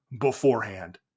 beforehand